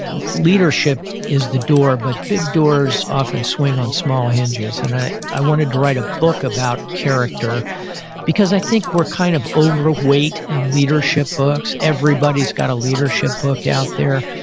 leadership is the door, but big doors often swing on small hinges. and i i wanted to write a book about character because i think we're kind of overweight in leadership books. everybody's got a leadership book out there.